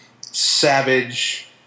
savage